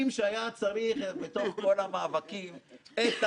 נראה לכם שהכול פשוט הייתה פה מלחמת עולם רביעית,